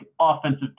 offensive